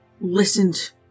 listened